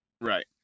Right